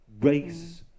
race